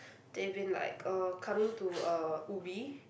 they've been like uh coming to uh Ubi